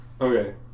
Okay